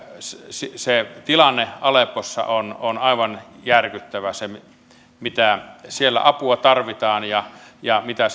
se se tilanne aleppossa on on aivan järkyttävä siinä mitä apua siellä tarvitaan ja ja mitä